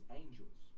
angels